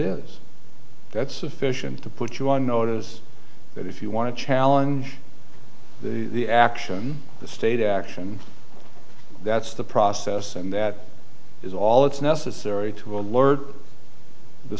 is that's sufficient to put you on notice that if you want to challenge the action of the state action that's the process and that is all that's necessary to alert the